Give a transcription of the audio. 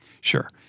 sure